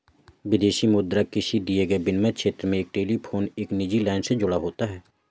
विदेशी मुद्रा किसी दिए गए विनिमय क्षेत्र में एक टेलीफोन एक निजी लाइन से जुड़ा होता है